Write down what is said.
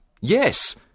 Yes